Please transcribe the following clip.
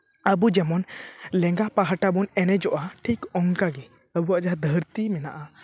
ᱟᱵᱚ ᱡᱮᱢᱚᱱ ᱞᱮᱝᱜᱟ ᱯᱟᱦᱴᱟ ᱵᱚᱱ ᱮᱱᱮᱡᱚᱜᱼᱟ ᱴᱷᱤᱠ ᱚᱱᱠᱟ ᱜᱮ ᱟᱵᱚᱣᱟᱜ ᱡᱟᱦᱟᱸ ᱫᱷᱟᱹᱨᱛᱤ ᱢᱮᱱᱟᱜᱼᱟ